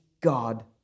God